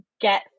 get